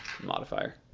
modifier